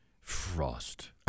Frost